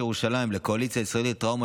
ירושלים עם הקואליציה הישראלית לטראומה,